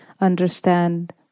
understand